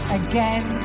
again